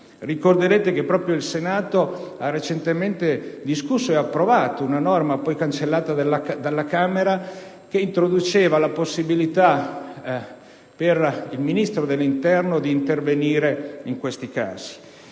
Ricorderete che proprio il Senato ha recentemente discusso e approvato una norma, poi cancellata dalla Camera, che introduceva la possibilità per il Ministro dell'interno di intervenire in questi casi.